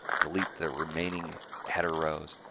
delete the remaining header rows,